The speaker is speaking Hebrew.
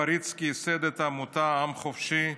פריצקי ייסד את עמותת עם חופשי,